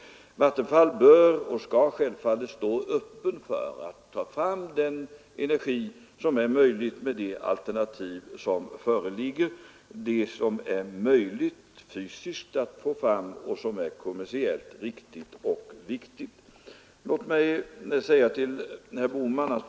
Vattenfall bör och skall självfallet stå öppet för att ta fram den energi som det är möjligt att ta fram med de alternativ som föreligger — det som är fysiskt möjligt och kommersiellt riktigt och viktigt att ta fram.